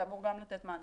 זה אמור גם לתת מענה.